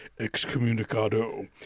excommunicado